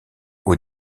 aux